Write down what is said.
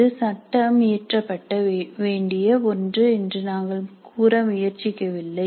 இது சட்டமியற்றப்பட வேண்டிய ஒன்று என்று நாங்கள் கூற முயற்சிக்கவில்லை